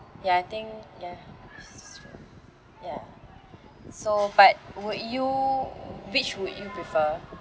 ya I think ya s~ ya so but would you which would you prefer